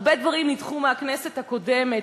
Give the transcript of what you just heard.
הרבה דברים נדחו מהכנסת הקודמת.